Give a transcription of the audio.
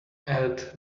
add